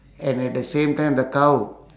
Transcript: and at the same time the cow